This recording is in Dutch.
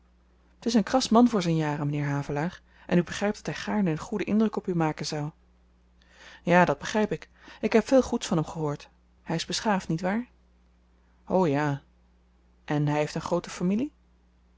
t is een kras man voor zyn jaren m'nheer havelaar en u begrypt dat hy gaarne een goeden indruk op u maken zou ja dat begryp ik ik heb veel goeds van hem gehoord hy is beschaafd niet waar o ja en hy heeft een groote familie